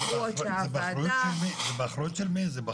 באחריות של מי זה?